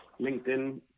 LinkedIn